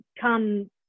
come